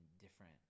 different –